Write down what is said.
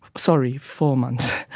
sorry, four months.